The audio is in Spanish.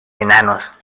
enanos